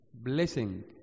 blessing